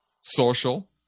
Social